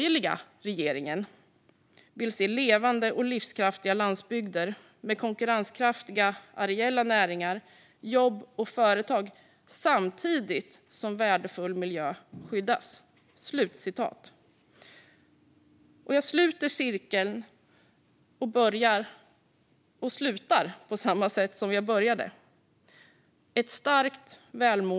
Regeringen vill se levande och livskraftiga landsbygder med konkurrenskraftiga areella näringar, jobb och företag samtidigt som värdefull miljö skyddas." Jag sluter cirkeln genom att sluta på samma sätt som jag började på.